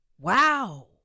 Wow